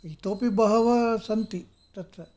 इतोऽपि बहवः सन्ति तत्र